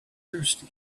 thirsty